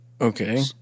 Okay